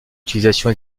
utilisation